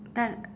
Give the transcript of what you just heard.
that